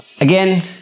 Again